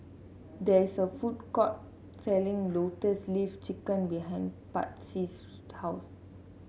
there is a food court selling Lotus Leaf Chicken behind Patsy's house